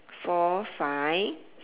four five